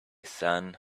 son